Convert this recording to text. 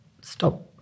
stop